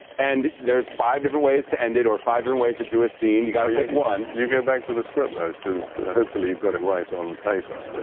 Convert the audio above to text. and there's five different ways to end it or five different ways to do a scene. you've gotta pick one. you go back to the script though, cause hopefully you've got it right on paper.